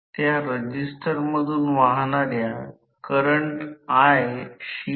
यामुळे वाहकवर काम करणारी शक्ती देखील कमी होईल